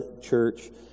church